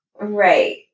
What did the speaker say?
Right